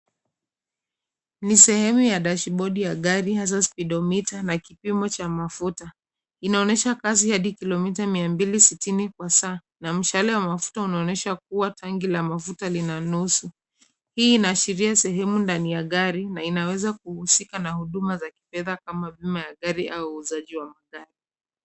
Ni sehemu ya dashibodi ya gari, hasa spidomita na kipimo cha mafuta. Inaonesha kasi hadi kilomita 260 kwa saa, na mshale wa mafuta unaonesha kuwa tanki la mafuta lina nusu. Hii inaashiria sehemu ndani ya gari, na inaweza kuhusika na huduma za kifedha kama bima ya gari au uuzaji wa magari.